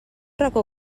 racó